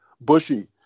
Bushy